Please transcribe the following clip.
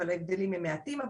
ההבדלים הם מעטים.